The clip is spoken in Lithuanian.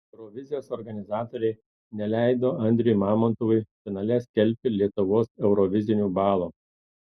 eurovizijos organizatoriai neleido andriui mamontovui finale skelbti lietuvos eurovizinių balų